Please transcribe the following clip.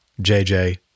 JJ